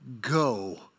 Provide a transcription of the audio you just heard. go